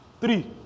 three